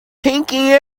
pinky